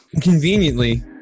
Conveniently